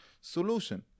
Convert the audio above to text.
solution